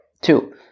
two